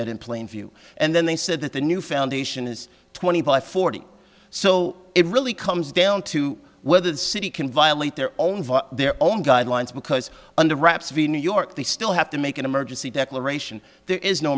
that in plain view and then they said that the new foundation is twenty five forty so it really comes down to whether the city can violate their own their own guidelines because under wraps of the new york they still have to make an emergency declaration there is no